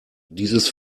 dieses